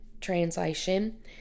translation